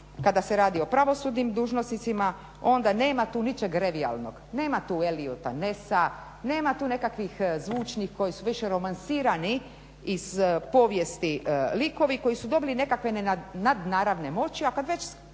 kada se radi o pravosudnim dužnosnicima onda nema tu ničeg revijalnog. Nema tu Eliota Nessa, nema tu nekakvih zvučnih koji su više romansirani iz povijesti likovi koji su dobili nekakve nadnaravne moći.